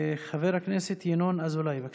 חבר הכנסת ינון אזולאי, בבקשה.